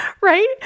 right